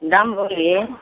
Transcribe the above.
दाम बोलिए